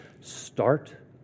start